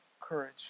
courage